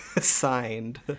Signed